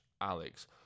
Alex